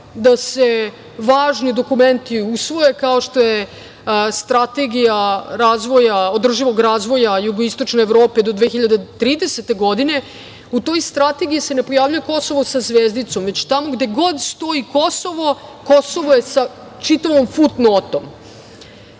da se važni dokumenti usvoje kao što je Strategija održivog razvoja Jugoistočne Evrope do 2030. godine.U toj Strategiji se ne pojavljuje Kosovo sa zvezdicom, već tamo gde god stoji Kosovo, Kosovo je sa čitavom fus notom. Ona